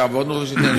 הרבנות הראשית,